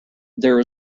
there